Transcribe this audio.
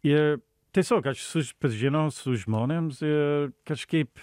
ir tiesiog aš susipažinau su žmonėms i kažkeip